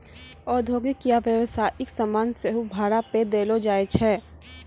औद्योगिक या व्यवसायिक समान सेहो भाड़ा पे देलो जाय छै